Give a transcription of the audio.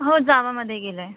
हो जावामध्ये केलं आहे